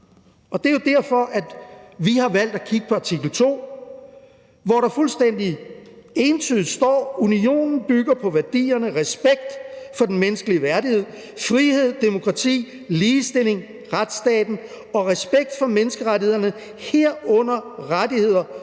og det er jo derfor, vi har valgt at kigge på artikel 2, hvor der fuldstændig entydigt står: Unionen bygger på værdierne respekt for den menneskelige værdighed, frihed, demokrati, ligestilling, retsstaten og respekt for menneskerettighederne, herunder rettigheder